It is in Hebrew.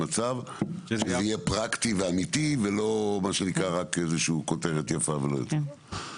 יהיה פרקטי ואמיתי ולא רק איזושהי כותרת יפה ולא יותר.